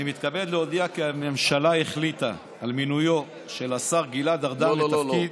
אני מתכבד להודיע כי הממשלה החליטה על מינויו של השר גלעד ארדן לתפקיד,